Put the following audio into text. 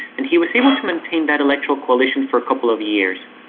and he was able to maintain that electoral coalition for a couple of years.